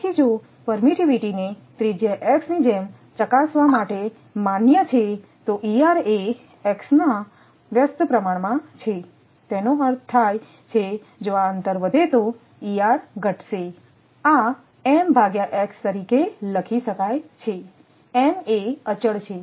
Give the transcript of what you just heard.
તેથી જો પરમિટિવીટીને ત્રિજ્યા x ની જેમ ચકાસવા માટે માન્ય છે તો એ x ના વ્યસ્ત પ્રમાણમાં છેતેનો અર્થ થાય છે જો આ અંતર વધે તો તે ઘટશે આ તરીકે લખી શકાય છે m એ અચળ છે